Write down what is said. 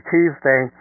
Tuesday